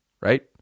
right